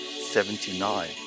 Seventy-nine